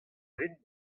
rit